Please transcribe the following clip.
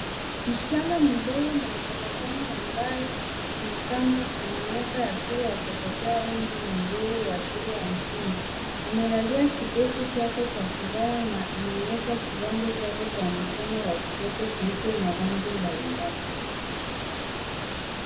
Msichana mdogo mwenye tabasamu ambaye ni kama ana miaka ya shule wa chekechea au umri mdogo wa shule ya msingi amevalia kidevu chake cha furaha na anaonyesha kiganjo chake cha mkono wa kushoto kilicho na rangi mbalimbali.